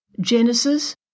Genesis